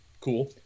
Cool